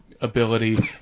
ability